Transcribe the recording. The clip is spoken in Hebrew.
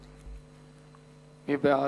מי בעד?